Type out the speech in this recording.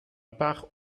part